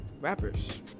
rappers